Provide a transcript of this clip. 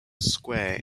square